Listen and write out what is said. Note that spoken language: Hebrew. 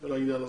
של העניין הזה.